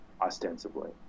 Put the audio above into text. ostensibly